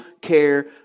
care